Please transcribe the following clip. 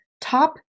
top